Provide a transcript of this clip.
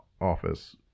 office